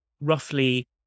roughly